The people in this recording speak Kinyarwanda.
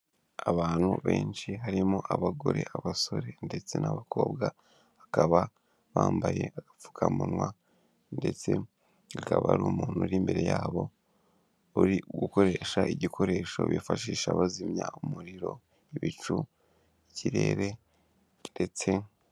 Abantu benshi harimo abagore, abasore ndetse n'abakobwa, bakaba bambaye agapfukamunwa ndetse hakaba hari umuntu uri imbere yabo uri gukoresha igikoresho bifashisha bazimya umuriro, ibicu, ikirere, ndetse.